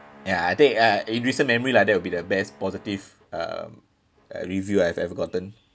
ya I think uh in recent memory lah that will be the best positive um uh review I've ever gotten